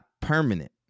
permanent